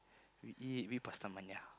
we eat we eat Pastamania